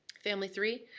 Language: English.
family three,